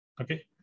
Okay